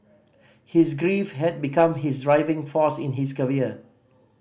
his grief had become his driving force in his career